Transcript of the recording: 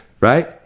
Right